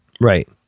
right